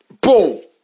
boom